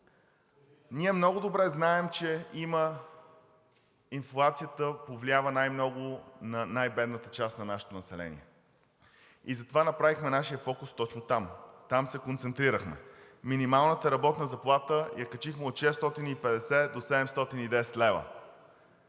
ние много добре знаем, че инфлацията повлиява най много на най-бедната част на нашето население и затова направихме нашия фокус точно там – там се концентрирахме. Минималната работна заплата я качихме от 650 до 710 лв.